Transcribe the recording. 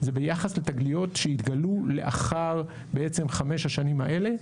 זה ביחס לתגליות שהתגלו לאחר בעצם חמש השנים האלה,